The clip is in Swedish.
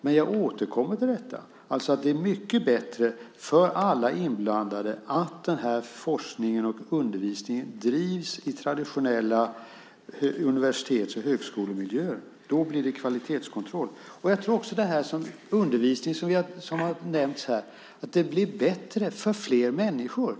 Men jag återkommer till att det är mycket bättre för alla inblandade att den här forskningen och undervisningen drivs i traditionella universitets och högskolemiljöer. Då blir det kvalitetskontroll. Jag tror också att den undervisning som har nämnts här blir bättre för flera människor.